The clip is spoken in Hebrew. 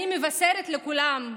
אני מבשרת לכולם,